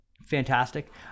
Fantastic